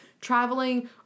traveling